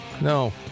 No